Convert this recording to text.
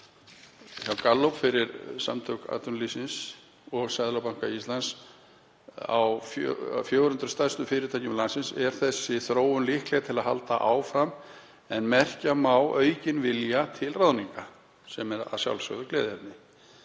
Gallup fyrir SA og Seðlabanka Íslands á 400 stærstu fyrirtækjum landsins er þessi þróun líkleg til að halda áfram en merkja má aukinn vilja til ráðninga.“ — Sem er að sjálfsögðu gleðiefni.